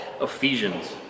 Ephesians